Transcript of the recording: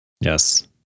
Yes